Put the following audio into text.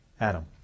Adam